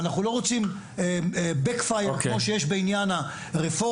אנחנו לא רוצים בק פייר כמו שיש בעניין הרפורמה,